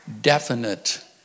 definite